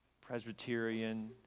Presbyterian